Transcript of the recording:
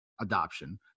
adoption